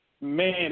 man